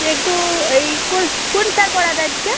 তুই একটু এই কোন কোন স্যার পড়াবে আজকে